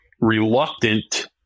reluctant